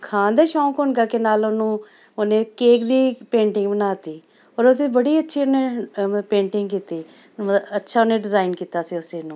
ਖਾਣ ਦੇ ਹੀ ਸ਼ੌਕ ਹੋਣ ਕਰਕੇ ਨਾਲ ਨੂੰ ਉਹਨੇ ਕੇਕ ਦੀ ਪੇਂਟਿੰਗ ਬਣਾ ਤੀ ਔਰ ਉਹਤੇ ਬੜੀ ਅੱਛੀ ਉਹਨੇ ਮਤਲਬ ਪੇਂਟਿੰਗ ਕੀਤੀ ਮਤਲਬ ਅੱਛਾ ਉਹਨੇ ਡਿਜ਼ਾਇਨ ਕੀਤਾ ਸੀ ਉਸ ਚੀਜ਼ ਨੂੰ